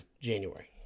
January